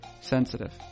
sensitive